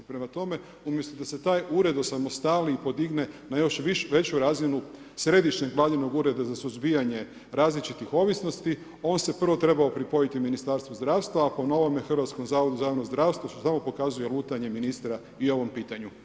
Prema tome, umjesto da se taj ured osamostali podigne na još veću razinu središnjeg vladinog ureda za suzbijanja različitih ovisnosti, on se prvo trebao pripojiti Ministarstvu zdravstva, a po novome Hrvatskom zavodu za javno zdravstvo, što samo pokazuje lutanje ministra i u ovom pitanju.